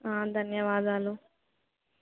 ధన్యవాదాలు